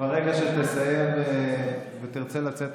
ברגע שתסיים ותרצה לצאת,